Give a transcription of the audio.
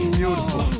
beautiful